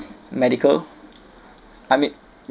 medical I mean